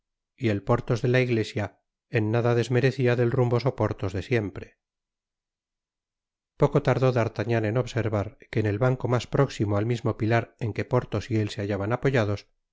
y el porthos de la iglesia en nada desmerecía del rumboso porthos de siempre poco tardó d'artagnan en observar que en el banco mas próximo al mismo pilar en que porthos y él se hallaban apoyados